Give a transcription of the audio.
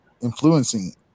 influencing